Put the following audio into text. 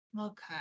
Okay